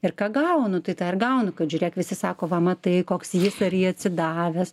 ir ką gaunu tai tą ir gaunu kad žiūrėk visi sako va matai koks jis ar ji atsidavęs